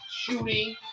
shooting